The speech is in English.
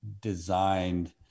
designed